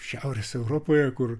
šiaurės europoje kur